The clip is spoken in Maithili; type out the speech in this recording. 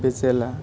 बेचै लए